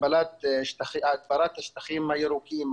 הגברת השטחים הירוקים.